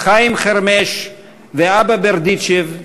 חיים חרמש ואבא ברדיצ'ב,